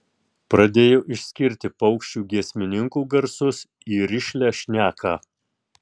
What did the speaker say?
pradėjo išskirti paukščių giesmininkų garsus į rišlią šneką